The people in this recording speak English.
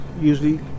usually